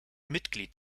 mitglied